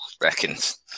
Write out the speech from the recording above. reckons